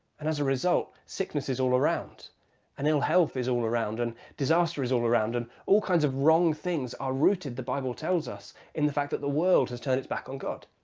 and as a result, sicknesses is all around and ill-health is all around and disaster is all around and all kinds of wrong things are rooted the bible tells us in the fact that the world has turned its back on god.